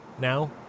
Now